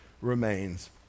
remains